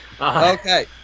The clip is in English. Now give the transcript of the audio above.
okay